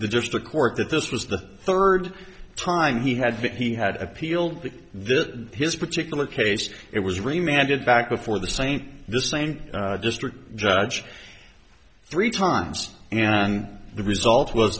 the just the court that this was the third time he had he had appealed to the his particular case it was remanded back before the st the same district judge three times and the result was